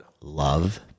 love